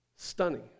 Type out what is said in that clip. Stunning